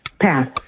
Pass